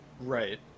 Right